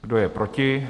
Kdo je proti?